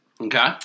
Okay